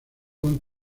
juan